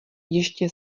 ještě